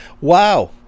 wow